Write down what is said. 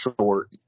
short